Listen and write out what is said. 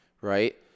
Right